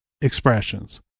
expressions